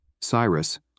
Cyrus